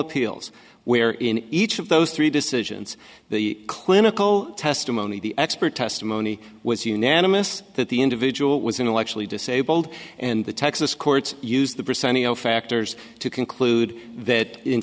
appeals where in each of those three decisions the clinical testimony the expert testimony was unanimous that the individual was intellectually disabled and the texas courts use the percentage of factors to conclude that in